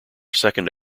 second